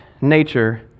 nature